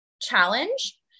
challenge